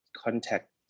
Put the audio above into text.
contact